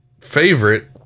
favorite